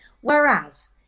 Whereas